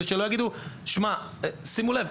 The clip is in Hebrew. שימו לב,